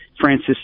Francis